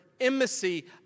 embassy